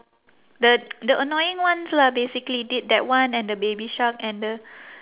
the the annoying ones lah basically t~ that one at the baby shark and the